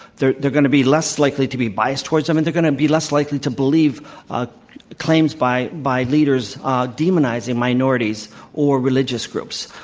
they're they're going to be less likely to be biased towards them, and they're going to be less likely to believe ah claims by by leaders demonizing minorities or religious groups.